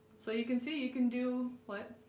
so you can see you can do what?